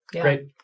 Great